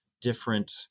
different